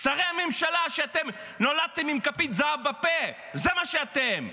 שרי הממשלה שנולדתם עם כפית זהב בפה, זה מה שאתם.